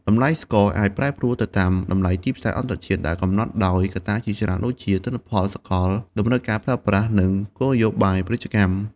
តម្លៃស្ករសអាចប្រែប្រួលទៅតាមតម្លៃទីផ្សារអន្តរជាតិ ដែលកំណត់ដោយកត្តាជាច្រើនដូចជា ទិន្នផលសកល តម្រូវការប្រើប្រាស់ និងគោលនយោបាយពាណិជ្ជកម្ម។